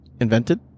invented